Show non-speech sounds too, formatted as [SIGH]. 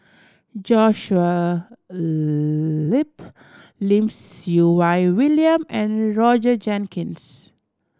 Joshua [UNINTELLIGIBLE] Lim Siew Wai William and Roger Jenkins